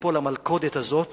ליפול למלכודת הזאת